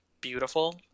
beautiful